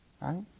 Right